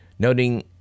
Noting